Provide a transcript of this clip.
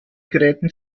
gräten